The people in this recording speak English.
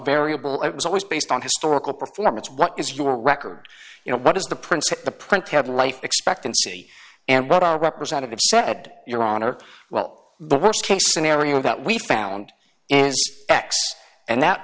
variable it was always based on historical performance what is your record you know what is the princess the printhead life expectancy and what our representative said your honor well the worst case scenario that we found is x and that